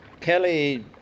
Kelly